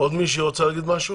עוד מישהי רוצה להגיד משהו?